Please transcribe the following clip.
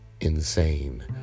insane